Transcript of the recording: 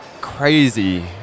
crazy